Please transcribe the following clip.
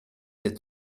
der